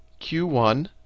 Q1